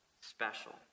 special